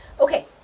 Okay